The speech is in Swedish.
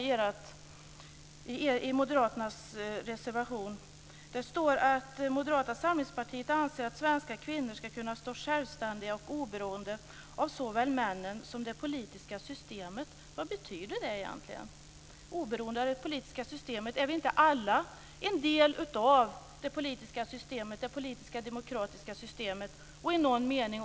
Genom vinstandelsstiftelser får löntagarna del av dessa vinster, och företagets dynamik och effektivitet stimuleras. Det är beklagligt att majoriteten i riksdagen inte ser och uppskattar det stora engagemang som är så viktigt för företagande och tillväxt.